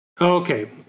Okay